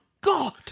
god